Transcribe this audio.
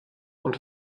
und